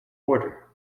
order